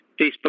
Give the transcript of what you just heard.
Facebook